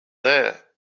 that